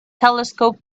telescope